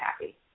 happy